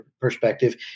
perspective